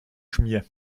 schmier